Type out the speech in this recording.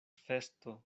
festo